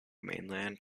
mainland